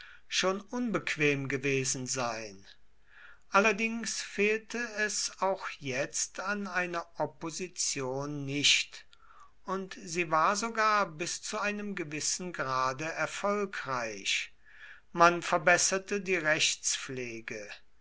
schon unbequem gewesen sein allerdings fehlte es auch jetzt an einer opposition nicht und sie war sogar bis zu einem gewissen grade erfolgreich man verbesserte die rechtspflege